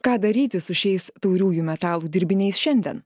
ką daryti su šiais tauriųjų metalų dirbiniais šiandien